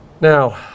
Now